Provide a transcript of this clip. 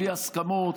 בלי הסכמות.